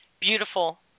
Beautiful